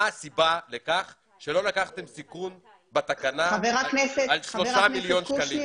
מה הסיבה לכך שלא לקחתם סיכון בתקנה על שלושה מיליון שקלים?